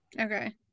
okay